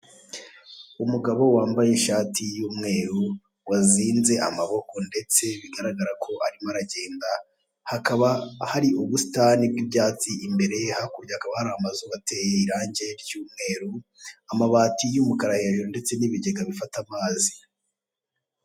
Umugabo wambaye ishati y'umweru, wazinze amaboko ndetse bigaragara ko arimo aragenda, hakaba hari ubusitani bw'ibyatsi imbere ye, hakurya hakaba hari amazu ateye irangi ry'umweru, amabati y'umukara hejuru ndetse n'ibigega bifata amazi.